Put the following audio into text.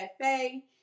Cafe